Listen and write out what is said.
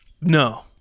No